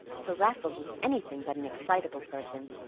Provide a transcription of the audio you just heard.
for raffles was anything but an excitable person,